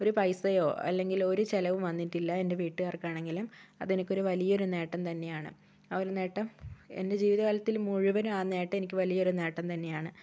ഒരു പൈസയോ അല്ലെങ്കിൽ ഒരു ചിലവും വന്നിട്ടില്ല എൻ്റെ വീട്ടുകാർക്കാണെങ്കിലും അതെനിക്കൊരു വലിയൊരു നേട്ടം തന്നെയാണ് ആ ഒരു നേട്ടം എൻ്റെ ജീവിതകാലത്തിൽ മുഴുവനും ആ നേട്ടം എനിക്ക് വലിയൊരു നേട്ടം തന്നെയാണ്